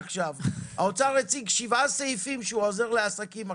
קארה, האוצר הציג שבעה סעיפי עזרה לעסקים.